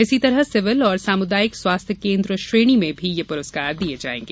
इसी तरह सिविल और सामुदायिक स्वास्थ्य केन्द्र श्रेणी में भी ये पुरस्कार दिये जाएंगे